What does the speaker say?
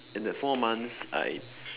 in that four months I